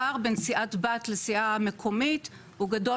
הפער בין סיעת בת לסיעה מקומית הוא גדול